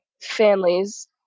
families